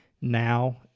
now